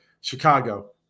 Chicago